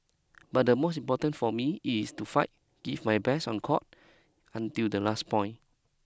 but the most important for me it's to fight give my best on court until the last point